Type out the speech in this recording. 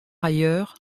ailleurs